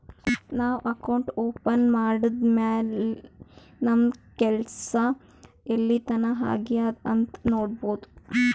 ನಾವು account open ಮಾಡದ್ದ್ ಮ್ಯಾಲ್ ನಮ್ದು ಕೆಲ್ಸಾ ಎಲ್ಲಿತನಾ ಆಗ್ಯಾದ್ ಅಂತ್ ನೊಡ್ಬೋದ್